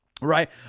Right